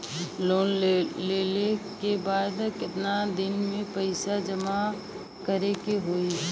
Loan लेले के बाद कितना दिन में पैसा जमा करे के होई?